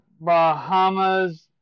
Bahamas